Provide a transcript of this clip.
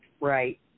Right